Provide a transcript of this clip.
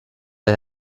der